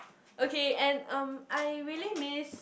okay and um I really miss